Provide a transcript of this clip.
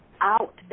out